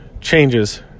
changes